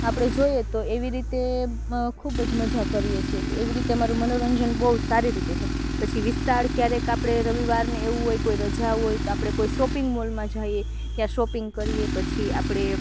આપણે જોઈએ તો એવી રીતે ખૂબ જ મજા કરીએ છીએ કે એવી રીતે અમારું મનોરંજન બહું સારી રીતે થાય પછી વિશાળ ક્યારેક આપણે રવિવારને એવું હોય કોઈ રજા હોય તો આપણે કોઈ સોપિંગ મોલમાં જઈએ ત્યા શોપિંગ કરીએ પછી આપણે